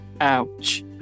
Ouch